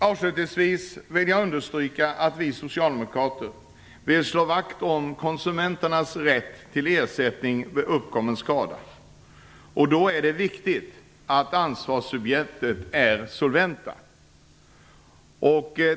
Avslutningsvis vill jag understryka att vi socialdemokrater vill slå vakt om konsumenternas rätt till ersättning vid uppkommen skada. Då är det viktigt att ansvarssubjekten är solventa.